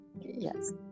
yes